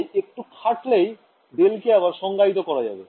তাই একটু খাটলেই ডেল কে আবার সংজ্ঞায়িত করা যাবে